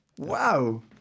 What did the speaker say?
Wow